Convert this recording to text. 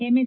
MS